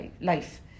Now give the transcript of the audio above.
life